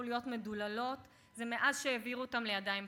להיות מדוללות היא שהעבירו אותן לידיים פרטיות.